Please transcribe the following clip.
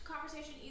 conversation